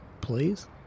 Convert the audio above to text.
Please